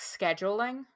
scheduling